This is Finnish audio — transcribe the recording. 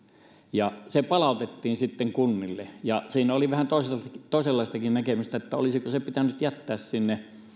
ja se palautettiin kunnille siinä oli vähän toisenlaistakin näkemystä olisiko se pitänyt jättää sinne